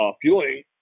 fueling